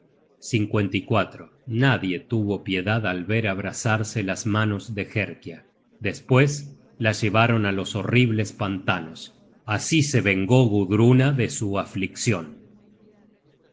á la caldera nadie tuvo piedad al ver abrasarse las manos de herkia despues la llevaron á los horribles pantanos así se vengó gudruna de su afliccion